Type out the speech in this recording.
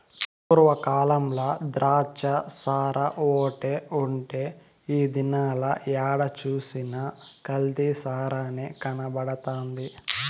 పూర్వ కాలంల ద్రాచ్చసారాఓటే ఉండే ఈ దినాల ఏడ సూసినా కల్తీ సారనే కనబడతండాది